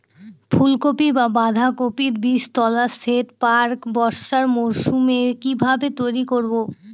ফুলকপি বা বাঁধাকপির বীজতলার সেট প্রাক বর্ষার মৌসুমে কিভাবে তৈরি করব?